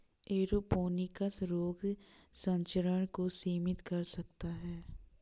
aeroponics रोग संचरण को सीमित कर सकता है